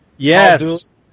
Yes